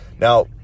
Now